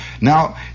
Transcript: Now